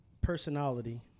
Personality